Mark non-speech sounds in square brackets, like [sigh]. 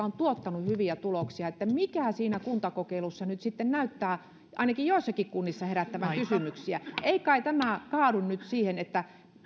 [unintelligible] on tuottanut hyviä tuloksia mikä siinä kuntakokeilussa nyt sitten näyttää ainakin joissakin kunnissa herättävän kysymyksiä ei kai tämä kaadu nyt siihen että